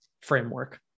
framework